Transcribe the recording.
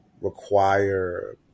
require